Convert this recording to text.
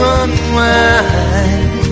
unwind